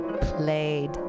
played